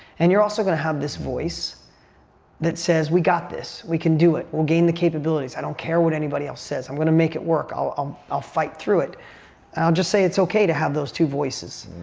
and you're also gonna have this voice that says, we got this. we can do it. we'll gain the capabilities. i don't care what anybody else says. i'm gonna make it work. i'll i'll fight through it. and i'll just say it's okay to have those two voices.